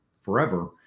forever